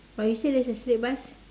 but you said there's a straight bus